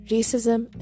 Racism